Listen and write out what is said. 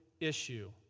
issue